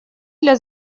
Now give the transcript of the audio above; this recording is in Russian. для